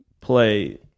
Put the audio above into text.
play